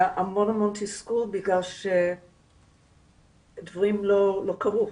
היה המון תסכול כי דברים לא קרו.